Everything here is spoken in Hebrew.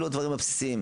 אלו הדברים הבסיסיים.